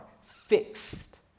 fixed